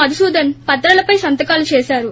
మధుసూదన్ పత్రాలపై సంతకాలు చేశారు